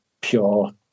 pure